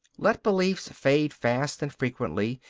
let beliefs fade fast and frequently,